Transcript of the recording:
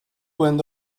went